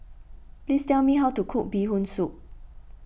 please tell me how to cook Bee Hoon Soup